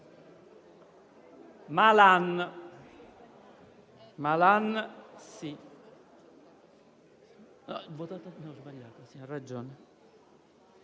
Malan